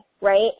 right